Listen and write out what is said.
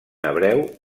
hebreu